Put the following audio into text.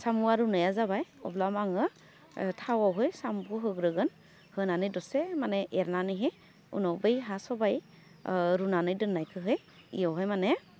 साम'आ रुनाया जाबाय अब्ला मा आङो थावावहै साम'खौ होग्रोगोन होनानै दसे माने एरनानैहै उनाव बै हा सबाइ रुनानै दोन्नायखौहे बियावहाय माने